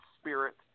spirit